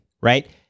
right